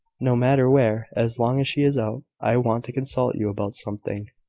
no matter where, as long as she is out. i want to consult you about something.